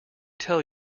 tell